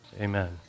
amen